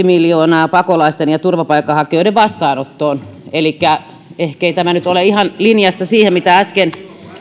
miljoonaa pakolaisten ja turvapaikanhakijoiden vastaanottoon ehkei tämä nyt ihan ole linjassa siihen mitä äsken